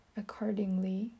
accordingly